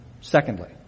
secondly